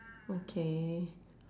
okay